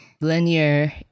linear